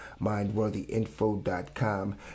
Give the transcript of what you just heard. MindworthyInfo.com